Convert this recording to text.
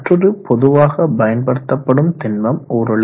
மற்றோரு பொதுவாக பயன்படுத்தப்படும் திண்மம் உருளை